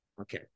Okay